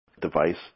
device